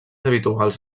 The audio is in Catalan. habituals